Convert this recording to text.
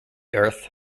earth